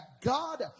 God